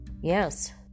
yes